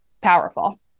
powerful